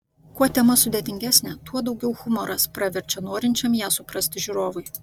kuo tema sudėtingesnė tuo daugiau humoras praverčia norinčiam ją suprasti žiūrovui